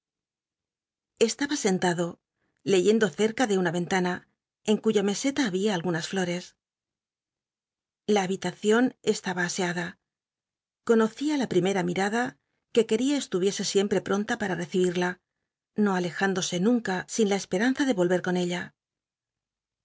estaba sentado leyendo cerca de una ventana en cuya meseta había algunas flores la habit acion estaba aseada conocí á la primera mirada que quería estuviese siempre pronta para recibida no alejándose nunca sin la esperanza de vol ver con ella